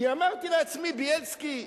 כי אמרתי לעצמי: בילסקי,